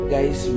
Guys